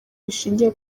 bishingiye